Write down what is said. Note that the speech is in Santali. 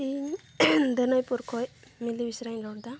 ᱤᱧ ᱫᱟᱹᱞᱟᱹᱭᱯᱩᱨ ᱠᱷᱚᱡ ᱢᱤᱞᱤ ᱵᱤᱥᱨᱟᱧ ᱨᱚᱲᱮᱫᱟ